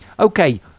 Okay